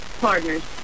partners